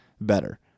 better